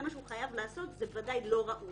מה שהוא חייב לעשות בוודאי לא ראוי.